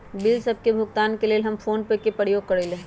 bill सभ के भुगतान के लेल हम फोनपे के प्रयोग करइले